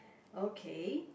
okay